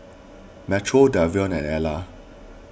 Metro Davion and Alla